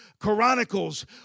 Chronicles